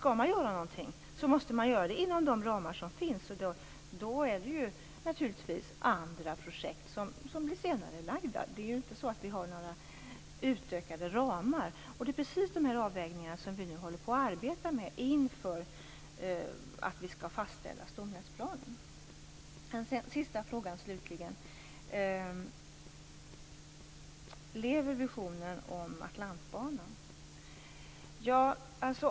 Skall man göra något måste man göra det inom de ramar som finns, och då blir andra projekt naturligtvis senarelagda. Det är ju inte så att vi har några utökade ramar. Vi arbetar nu med precis de här avvägningarna inför det att vi skall fastställa stomnätsplanen. Den sista frågan, slutligen: Lever visionen om Atlantbanan?